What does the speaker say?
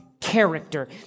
character